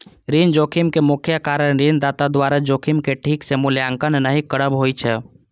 ऋण जोखिम के मुख्य कारण ऋणदाता द्वारा जोखिम के ठीक सं मूल्यांकन नहि करब होइ छै